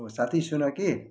ओ साथी सुन कि